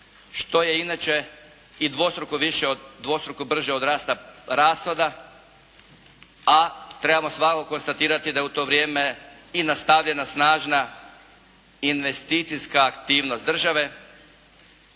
što je inače i dvostruko više od, dvostruko brže od rasta rashoda. A trebamo svakako konstatirati da je u to vrijeme i nastavljena snažna investicijska aktivnost države